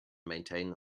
maintain